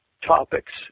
topics